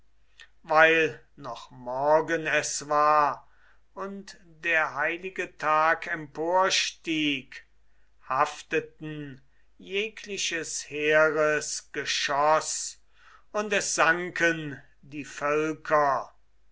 weil noch morgen es war und der heilige tag emporstieg hafteten jegliches heeres geschoss und es sanken die völker